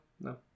no